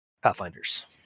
Pathfinders